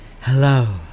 Hello